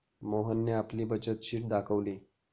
मोहनने आपली बचत शीट दाखवली